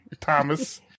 Thomas